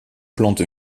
plante